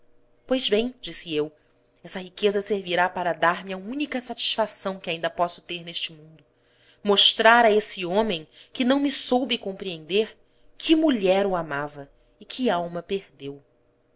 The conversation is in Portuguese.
pois bem disse eu essa riqueza servirá para dar-me a única satisfação que ainda posso ter neste mundo mostrar a esse homem que não me soube compreender que mulher o amava e que alma perdeu